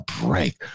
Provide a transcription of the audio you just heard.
break